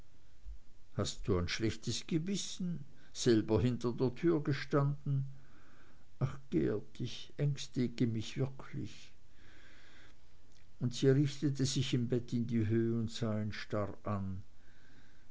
hast du ein schlechtes gewissen selber hinter der tür gestanden ach geert ich ängstige mich wirklich und sie richtete sich im bett in die höh und sah ihn starr an